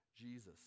Jesus